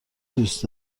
دوست